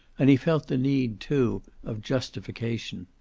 and he felt the need, too, of justification.